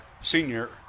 senior